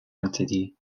interdites